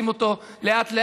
עושים אותה לאט-לאט,